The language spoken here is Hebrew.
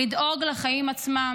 לדאוג לחיים עצמם.